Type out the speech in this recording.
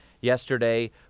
yesterday